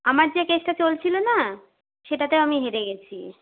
আমার যে কেসটা চলছিল না সেটাতেও আমি হেরে গেছি